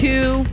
Two